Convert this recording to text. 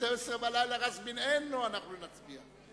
ב-24:00 "ראס בין עינו" אנחנו נצביע.